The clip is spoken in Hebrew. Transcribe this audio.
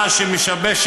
המדינה